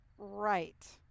Right